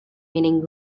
meaning